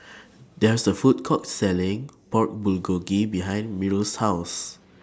There IS A Food Court Selling Pork Bulgogi behind Myrl's House